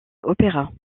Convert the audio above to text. opéras